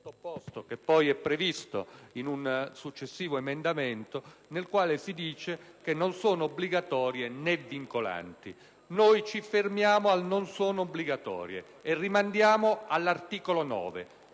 che poi è previsto in un successivo emendamento, nel quale si dice che le dichiarazioni non sono obbligatorie né vincolanti. Noi ci fermiamo al «non sono obbligatorie» e rimandiamo all'articolo 9.